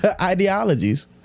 ideologies